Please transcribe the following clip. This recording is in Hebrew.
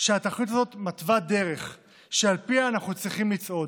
שהתוכנית הזאת מתווה דרך שעל פיה אנחנו צריכים לצעוד,